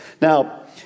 Now